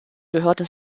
gehörte